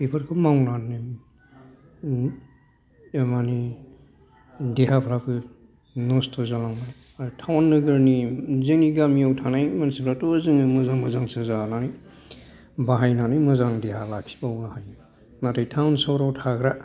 बेफोरखौ मावनानै मानि देहाफ्राबो नस्थ' जालांबाय आरो टाउन नोगोरनि जोंनि गामियाव थानाय मानसिफ्राथ' जोङो मोजां मोजांसो जानाय बाहायनानै मोजां लाखिबावनो हायो नाथाय टाउन सहराव थाग्रा